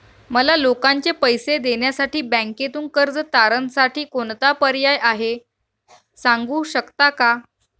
मला लोकांचे पैसे देण्यासाठी बँकेतून कर्ज तारणसाठी कोणता पर्याय आहे? सांगू शकता का?